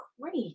great